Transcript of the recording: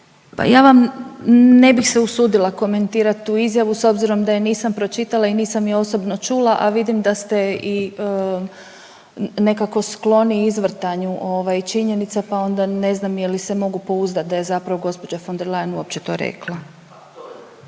Pa ja vam, ne bih se usudila komentirat tu izjavu s obzirom da je nisam pročitala i nisam je osobno čula, a vidim da ste i nekako skloni izvrtanju ovaj činjenica, pa onda ne znam je li se mogu pouzdat da je zapravo gđa. von der Leyen uopće to rekla. **Reiner,